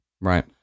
Right